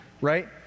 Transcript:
right